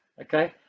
okay